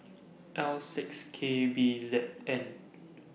L six K B Z N